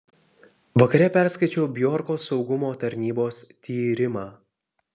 vakare perskaičiau bjorko saugumo tarnybos tyrimą